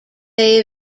they